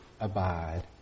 abide